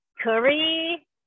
curry